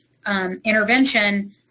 Intervention